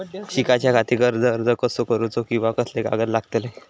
शिकाच्याखाती कर्ज अर्ज कसो करुचो कीवा कसले कागद लागतले?